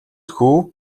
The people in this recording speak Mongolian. хүү